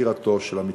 מכירתו של המצרך.